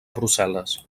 brussel·les